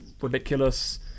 ridiculous